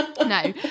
No